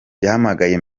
yahamagaye